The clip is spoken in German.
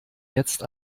jetzt